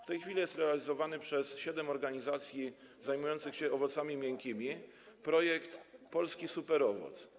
W tej chwili jest realizowany przez siedem organizacji zajmujących się owocami miękkimi projekt: polski superowoc.